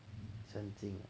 成精 ah